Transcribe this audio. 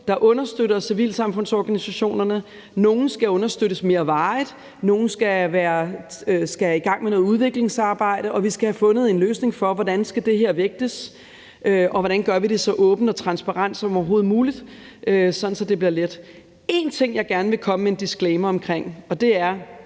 der understøtter civilsamfundsorganisationerne. Nogle skal understøttes mere varigt, nogle skal i gang med et udviklingsarbejde, og vi skal have fundet en løsning for, hvordan det her skal vægtes, og hvordan vi gør det så åbent og transparent som overhovedet muligt, sådan at det bliver let. Der er én ting, jeg gerne vil komme med en disclaimer om. Nu skal jeg ikke